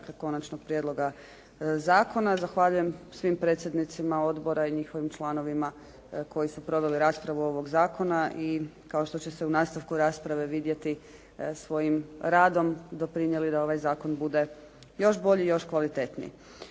konačnog prijedloga zakona. Zahvaljujem svim predsjednicima odbora i njihovim članovima koji su proveli raspravu ovog zakona i kao što će se u nastavku rasprave vidjeti svojim radom doprinijeli da ovaj zakon bude još bolji i još kvalitetniji.